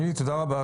נילי, תודה רבה.